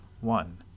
one